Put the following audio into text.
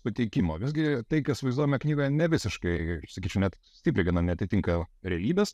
pateikimo visgi tai kas vaizduojama knygoje ne visiškai sakyčiau net stipriai gana neatitinka realybės